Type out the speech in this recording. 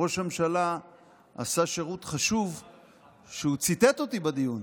ראש הממשלה עשה שירות חשוב כשהוא ציטט אותי בדיון,